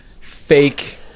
fake